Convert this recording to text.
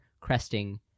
cresting